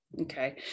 Okay